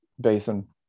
basin